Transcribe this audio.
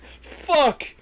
Fuck